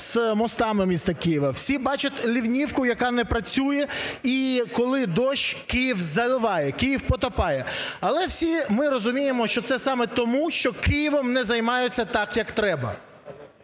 з мостами міста Києва. Всі бачать ливнівку, яка не працює, і, коли дощ, Київ заливає, Київ потопає. Але всі ми розуміємо, що це саме тому, що Києвом не займаються так, як треба.